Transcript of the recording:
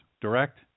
direct